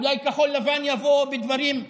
אולי כחול ולבן יבואו בדברים,